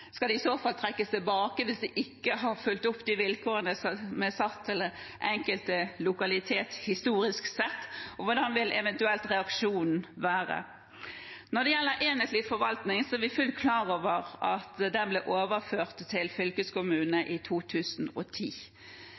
Skal det i så fall trekkes tilbake hvis de ikke har fulgt opp de vilkårene som ble satt for den enkelte lokalitet historisk sett? Hvordan vil eventuelt reaksjonen være? Når det gjelder den enhetlige forvaltningen, er vi fullt klar over at den ble overført til fylkeskommunene i 2010.